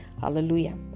Hallelujah